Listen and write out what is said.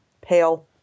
pale